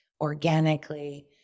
organically